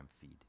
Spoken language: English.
feed